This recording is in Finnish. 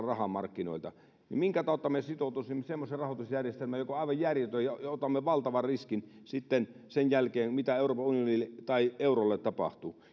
rahamarkkinoilta niin minkä tautta me sitoutuisimme semmoiseen rahoitusjärjestelmään joka on aivan järjetön ja otamme valtavan riskin sitten siitä mitä sen jälkeen euroopan unionille tai eurolle tapahtuu